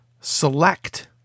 select